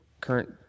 current